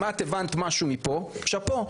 אם את הבנת משהו מפה שאפו,